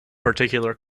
particular